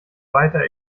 weiter